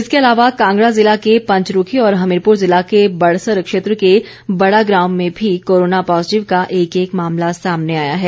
इसके अलावा कॉगड़ा जिला के पंचरूखी और हमीरपुर जिला के बड़सर क्षेत्र के बड़ाग्राम में भी कोरोना पॉजिटिव का एक एक मामला सामने आया है